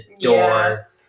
door